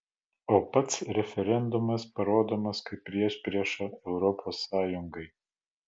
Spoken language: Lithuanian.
o pats referendumas parodomas kaip priešprieša europos sąjungai